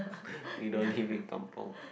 we don't live in kampung